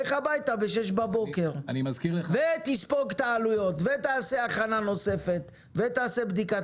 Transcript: לך הביתה בשש בבוקר ותספוג את העלויות ותעשה הכנה נוספת ותעשה בדיקת